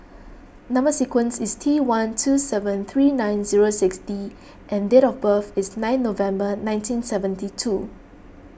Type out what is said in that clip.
Number Sequence is T one two seven three nine zero six D and date of birth is nine November nineteen seventy two